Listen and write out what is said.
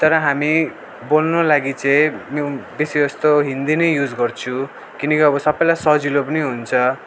तर हामी बोल्नु लागि चाहिँ बेसी जस्तो हिन्दी नै युज गर्छौँ किनकि अब सबैलाई सजिलो पनि हुन्छ